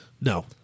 No